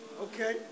Okay